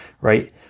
right